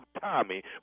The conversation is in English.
Tommy